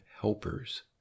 helpers